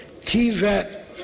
TVET